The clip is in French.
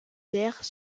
terres